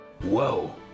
whoa